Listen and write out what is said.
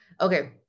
Okay